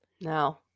No